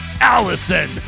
Allison